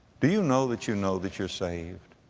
do you know that you know that you're saved?